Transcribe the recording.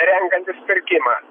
renkantis pirkimą